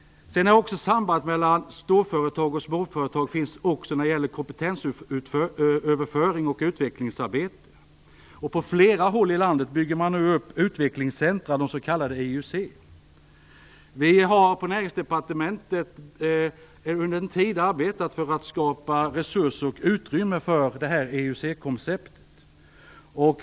Sambandet mellan storföretag och småföretag finns också när det gäller kompetensöverföring och utvecklingsarbete. På flera håll i landet bygger man nu upp utvecklingscentrum, s.k. EUC. Vi har på Näringsdepartementet under en tid arbetat för att skapa resurser och utrymme för detta EUC-koncept.